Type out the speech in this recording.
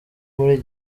muri